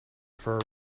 for